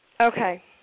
Okay